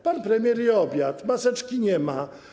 Pan premier je obiad, maseczki nie ma.